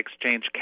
exchange